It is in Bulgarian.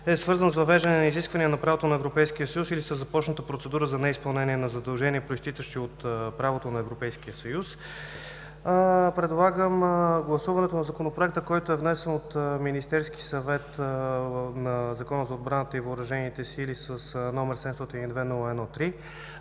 е свързан с въвеждане на изисквания на правото на Европейския съюз или със започната процедура за неизпълнение на задължения, произтичащи от правото на Европейския съюз, предлагам гласуването на Законопроекта, който е внесен от Министерския съвет, на Закона за отбраната и въоръжените сили, № 702-01-3,